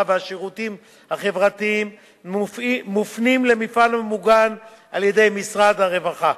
והשירותים החברתיים מופנים למפעל המוגן על-ידי משרד הרווחה,